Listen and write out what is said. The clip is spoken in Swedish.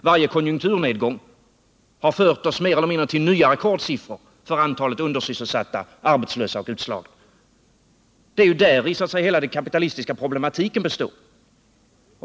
Varje konjunkturnedgång har fört oss mer eller mindre mot nya rekordsiffror för antalet undersysselsatta, arbetslösa och utslagna. Det är däri hela den kapitalistiska problematiken består.